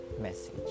message